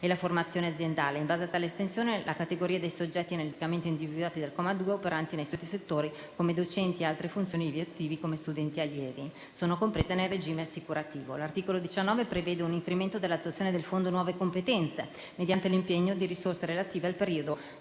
della formazione aziendale. In base a tale estensione, le categorie di soggetti analiticamente individuati dal comma 2 - operanti nei suddetti settori come docenti o con altre funzioni o ivi attivi come studenti o allievi - sono comprese nel regime assicurativo. L'articolo 19 prevede un incremento della dotazione del Fondo nuove competenze, mediante l'impiego di risorse relative al periodo